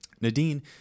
Nadine